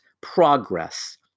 progress